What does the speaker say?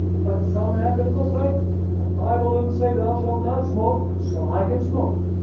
but some adventist will say the bible doesn't say thou shalt not smoke, so i can smoke.